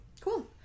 Cool